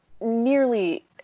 nearly